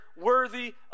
worthy